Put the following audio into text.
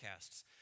podcasts